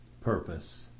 purpose